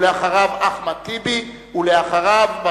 ולאחריו,